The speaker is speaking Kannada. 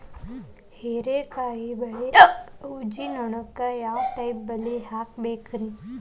ಹೇರಿಕಾಯಿ ಬೆಳಿಯಾಗ ಊಜಿ ನೋಣಕ್ಕ ಯಾವ ಟೈಪ್ ಬಲಿ ಹಾಕಬೇಕ್ರಿ?